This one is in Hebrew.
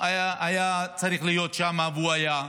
היה צריך להיות שם, והוא היה.